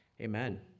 Amen